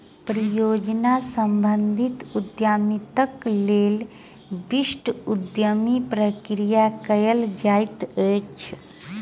परियोजना सम्बंधित उद्यमिताक लेल विशिष्ट उद्यमी प्रक्रिया कयल जाइत अछि